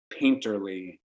painterly